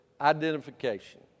identification